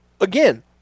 Again